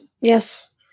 Yes